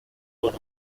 con